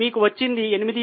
మీకు వచ్చింది 8